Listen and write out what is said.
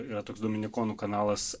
yra toks dominikonų kanalas